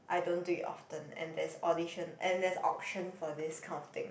I don't do it often and there's audition and there's auction for this kind of thing